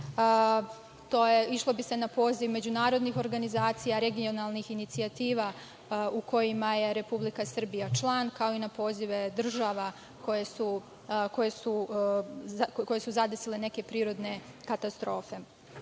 Išlo bi se na poziv međunarodnih organizacija, regionalnih inicijativa u kojima je Republika Srbija član, kao i na pozive država koje su zadesile neke prirodne katastrofe. Svi